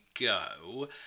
go